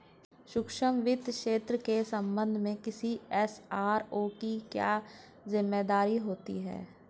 सूक्ष्म वित्त क्षेत्र के संबंध में किसी एस.आर.ओ की क्या जिम्मेदारी होती है?